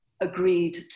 agreed